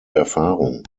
erfahrung